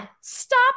stop